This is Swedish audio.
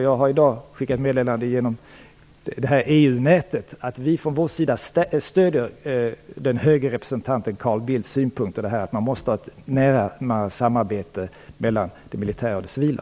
Jag har i dag skickat meddelande genom EU-nätet om att vi från vår sida stöder den höge representanten Carl Bildts synpunkter om att man måste ha ett närmare samarbete mellan det militära och det civila.